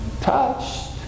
touched